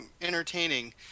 entertaining